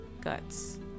Guts